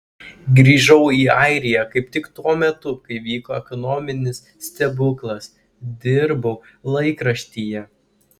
grįžau į airiją kaip tik tuo metu kai vyko ekonominis stebuklas dirbau laikraštyje